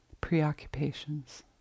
preoccupations